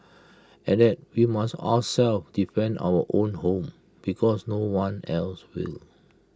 and that we must ourselves defend our own home because no one else will